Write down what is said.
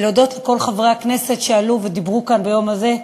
ולהודות לכל חברי הכנסת שעלו ודיברו כאן ביום הזה.